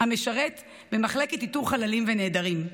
המשרת במחלקת איתור חללים ונעדרים.